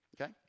Okay